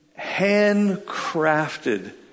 handcrafted